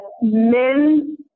men